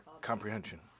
comprehension